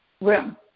room